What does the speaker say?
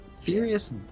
Furious